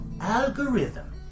algorithm